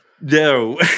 No